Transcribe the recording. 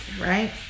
right